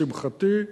לשמחתי,